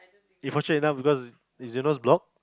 if fortunate enough because is is your nose blocked